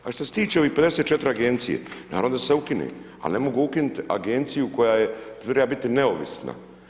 Ali što se tiče ove 54 agencije naravno da se ukine, ali ne mogu ukinuti agenciju koja je, treba biti neovisna.